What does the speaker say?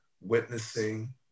witnessing